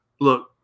Look